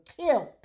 killed